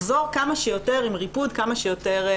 לחזור כמה שיותר במצב עוטף.